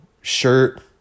shirt